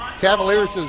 Cavaliers